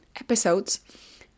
episodes